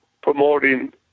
promoting